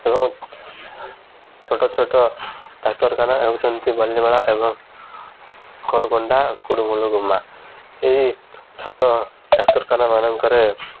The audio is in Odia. ଏବଂ ଛୋଟ ଛୋଟ ଡାକ୍ତରଖାନା ହେଉଛନ୍ତି ବାଲିମେଳା ଏବଂ କରଗଣ୍ଡା କୁଡ଼ୁମୂଳୁ ଗୁମା ଏହି ଛୋଟ ଡାକ୍ତରଖାନା ମାନଙ୍କରେ